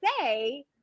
say